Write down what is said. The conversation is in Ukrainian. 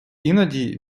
іноді